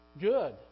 good